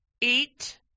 eat